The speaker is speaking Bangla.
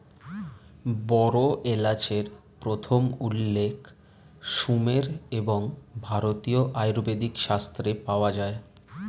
বড় এলাচের প্রথম উল্লেখ সুমের এবং ভারতীয় আয়ুর্বেদিক শাস্ত্রে পাওয়া যায়